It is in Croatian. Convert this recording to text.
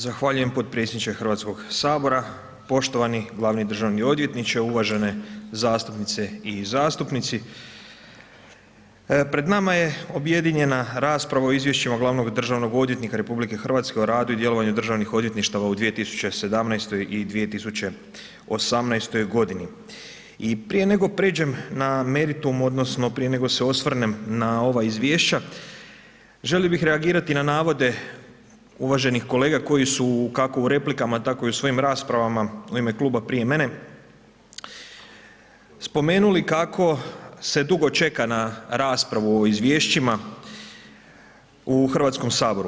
Zahvaljujem potpredsjedniče HS, poštovani glavni državni odvjetniče, uvažene zastupnice i zastupnici pred nama je objedinjena rasprava o Izvješćima glavnog državnog odvjetnika Republike Hrvatske o radu i djelovanju državnih odvjetništava u 2017. i 2018.-oj godini, i prije nego pređem na meritum odnosno prije nego se osvrnem na ova Izvješća, želio bi reagirati na navode uvaženih kolega koji su, kako u replikama, tako i u svojim raspravama u ime Kluba prije mene, spomenuli kako se dugo čeka na raspravu o Izvješćima u Hrvatskom saboru.